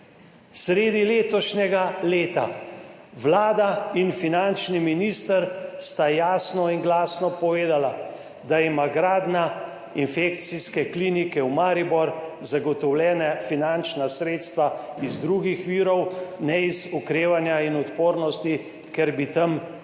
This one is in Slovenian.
Sredi letošnjega leta. Vlada in finančni minister sta jasno in glasno povedala, da ima gradnja infekcijske klinike v Mariboru zagotovljena finančna sredstva iz drugih virov, ne iz okrevanja in odpornosti, ker bi tam sredstva